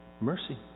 Mercy